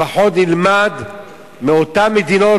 לפחות נלמד מאותן מדינות,